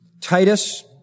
Titus